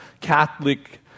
Catholic